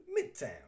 Midtown